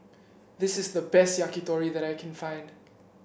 this is the best Yakitori that I can find